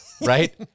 right